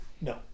No